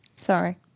sorry